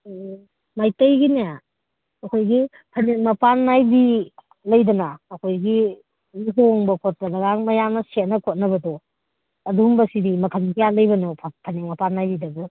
ꯎꯝ ꯃꯩꯇꯩꯒꯤꯅꯦ ꯑꯩꯈꯣꯏꯒꯤ ꯐꯅꯦꯛ ꯃꯄꯥꯟ ꯅꯥꯏꯕꯤ ꯂꯩꯗꯅ ꯑꯩꯈꯣꯏꯒꯤ ꯂꯨꯍꯣꯡꯕ ꯈꯣꯠꯄꯗꯒ ꯃꯌꯥꯝꯅ ꯁꯦꯠꯅ ꯈꯣꯠꯅꯕꯗꯣ ꯑꯗꯨꯝꯕꯁꯤꯗꯤ ꯃꯈꯟ ꯀꯌꯥ ꯂꯩꯕꯅꯣꯕ ꯐꯅꯦꯛ ꯃꯄꯥꯟ ꯅꯥꯏꯕꯤꯗꯗꯤ